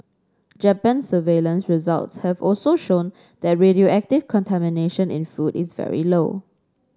Japan's surveillance results have also shown that radioactive contamination in food is very low